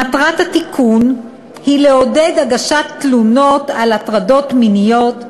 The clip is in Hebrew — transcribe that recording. מטרת התיקון היא לעודד הגשת תלונות על הטרדות מיניות,